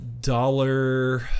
dollar